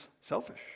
selfish